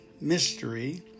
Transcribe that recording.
mystery